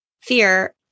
Fear